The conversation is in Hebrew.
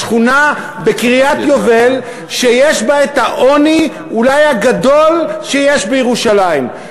השכונה בקריית-היובל שיש בה העוני אולי הגדול שיש בירושלים.